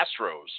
Astros